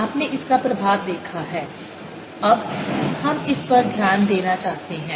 आपने इसका प्रभाव देखा है अब हम इस पर ध्यान देना चाहते हैं